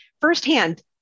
firsthand